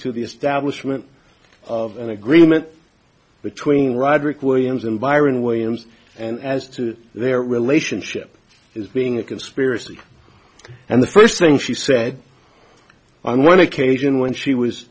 to the establishment of an agreement between roderick williams and byron williams and as to their relationship as being a conspiracy and the first thing she said on one occasion when she was